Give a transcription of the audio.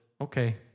Okay